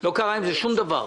ולא קרה עם זה שום דבר.